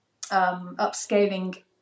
upscaling